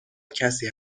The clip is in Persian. کسی